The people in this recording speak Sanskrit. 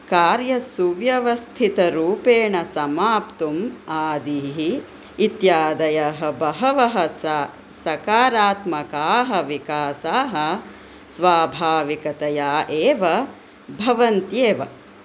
कार्यसुव्यवस्थितरूपेण समाप्तुम् आदिः इत्यादयः बहवः सकारात्मकः विकासाः स्वाभाविकतया एव भवन्त्येव